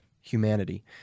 humanity